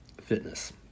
fitness